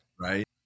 Right